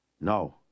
No